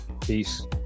peace